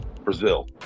brazil